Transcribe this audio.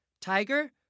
tiger